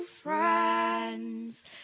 Friends